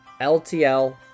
LTL